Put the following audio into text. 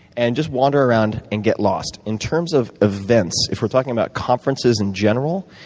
and just wander around and get lost. in terms of events, if we're talking about conferences in general,